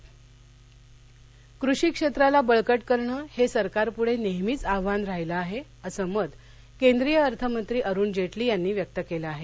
जेटली कृषी क्षेत्राला बळकट करणं हे सरकारपुढे नेहमीच आव्हान राहीलं आहे असं मत केंद्रीय अर्थमंत्री अरुण जेटली यांनी व्यक्त केलं आहे